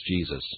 Jesus